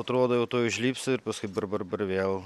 atrodo jau tuoj užlipsi ir paskui bar bar bar vėl